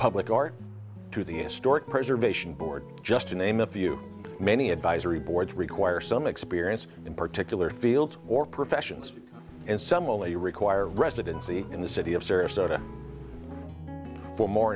historic preservation board just to name a few many advisory boards require some experience in particular field or professions and some only require residency in the city of sarasota for more